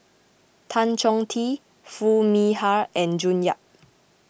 Tan Chong Tee Foo Mee Har and June Yap